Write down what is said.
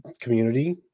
community